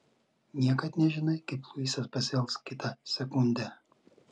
niekad nežinai kaip luisas pasielgs kitą sekundę